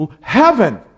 heaven